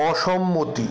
অসম্মতি